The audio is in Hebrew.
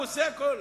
הוא עושה הכול.